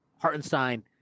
Hartenstein